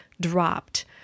dropped